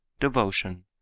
devotion,